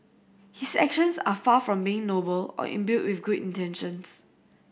his actions are far from being noble or imbued with good intentions